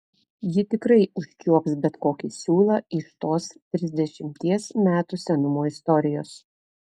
ji tikrai užčiuops bet kokį siūlą iš tos trisdešimties metų senumo istorijos